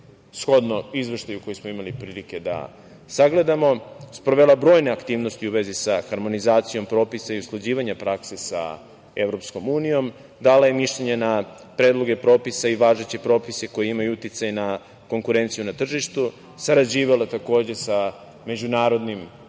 shodno Izveštaju koji smo imali prilike da sagledamo sprovela brojne aktivnosti u vezi sa harmonizacijom propisa i usklađivanja prakse sa EU, dala je mišljenje na predloge propisa i važeće propise koji imaju uticaj na konkurenciju na tržištu, sarađivala sa međunarodnim